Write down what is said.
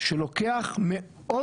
שלוקח מאוד